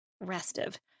restive